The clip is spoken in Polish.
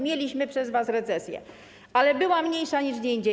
Mieliśmy przez was recesję, ale była mniejsza niż gdzie indziej.